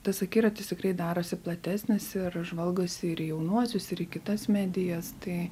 tas akiratis tikrai darosi platesnis ir žvalgosi ir į jaunuosius ir į kitas medijas tai